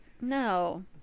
No